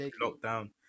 lockdown